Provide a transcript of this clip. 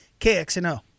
KXNO